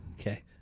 Okay